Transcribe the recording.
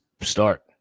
start